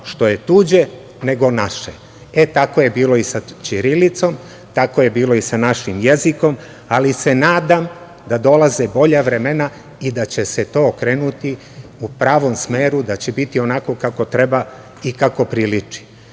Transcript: što je tuđe nego naše. Tako je bilo i sa ćirilicom, tako je bilo i sa našim jezikom, ali se nadam da dolaze bolja vremena i da će se to okrenuti u pravom smeru, da će biti onako kako treba i kako priliči. Nešto